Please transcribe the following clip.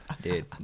Dude